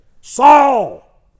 Saul